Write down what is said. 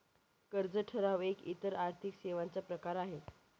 कर्ज ठराव एक इतर आर्थिक सेवांचा प्रकार आहे